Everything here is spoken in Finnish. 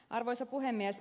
arvoisa puhemies